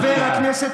חבר הכנסת